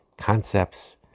concepts